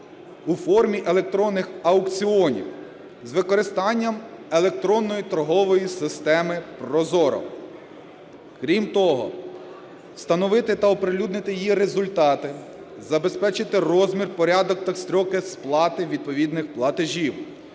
у формі електронних аукціонів з використанням електронної торгової системи ProZorro. Крім того, встановити та оприлюднити її результати, забезпечити: розмір, порядок та строки сплати відповідних платежів;